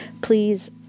Please